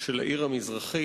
של העיר המזרחית,